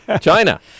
China